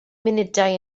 munudau